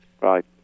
Right